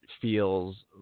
feels